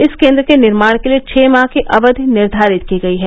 इस केन्द्र के निर्माण के लिये छः माह की अवधि निर्धारित की गयी है